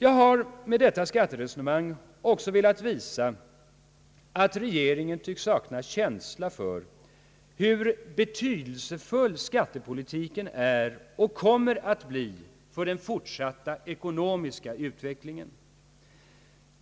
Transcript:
Jag har med detta skatteresonemang också velat visa att regeringen tycks sakna känsla för hur betydelsefull skattepolitiken är och än mer kommer att bli för den fortsatta ekonomiska utvecklingen.